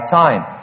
time